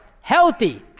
healthy